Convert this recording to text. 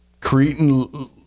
Cretan